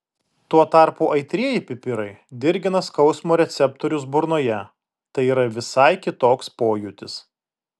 tuo tarpu aitrieji pipirai dirgina skausmo receptorius burnoje tai yra visai kitoks pojūtis